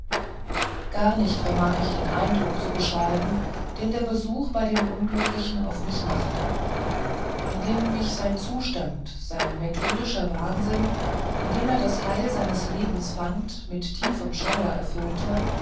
gar nicht vermag ich den eindruck zu beschreiben den der besuch bei dem unglücklichen auf mich machte indem mich sein zustand sein methodischer wahnsinn in dem er das heil seines lebens fand mit tiefem schauer erfüllte